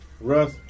Russ